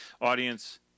audience